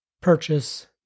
purchase